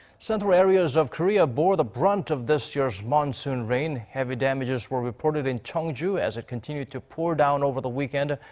central areas of korea bore the brunt of this year's monsoon rain. heavy damages were reported in cheongju, as it continued to pour down over the weekend.